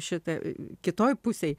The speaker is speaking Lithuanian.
šita kitoj pusėj